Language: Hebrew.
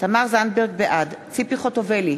בעד ציפי חוטובלי,